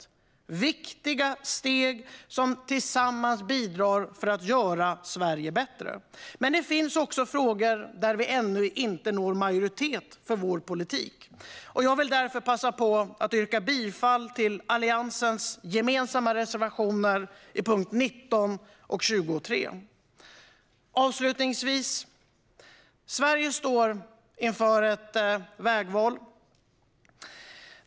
Detta är viktiga steg som tillsammans bidrar till att göra Sverige bättre. Men det finns också frågor där vi ännu inte når majoritet för vår politik, och jag vill därför passa på att yrka bifall till Alliansens gemensamma reservationer under punkterna 19 och 23. Avslutningsvis står Sverige inför ett vägval.